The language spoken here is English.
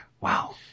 wow